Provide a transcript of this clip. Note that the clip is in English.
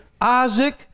Isaac